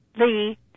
Lee